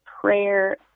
prayer